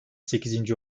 sekizinci